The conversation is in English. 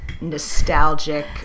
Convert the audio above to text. nostalgic